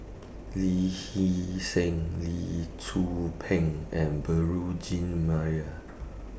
Lee Hee Seng Lee Tzu Pheng and Beurel Jean Marie